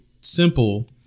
simple